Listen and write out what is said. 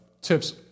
Tip's